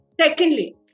Secondly